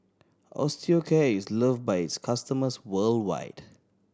Osteocare is loved by its customers worldwide